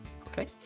Okay